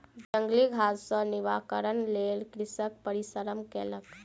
जंगली घास सॅ निवारणक लेल कृषक परिश्रम केलक